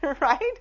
right